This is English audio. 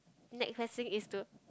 next best thing is to